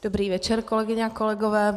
Dobrý večer, kolegyně a kolegové.